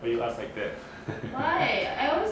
why you ask like that